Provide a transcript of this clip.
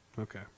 Okay